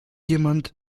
jemand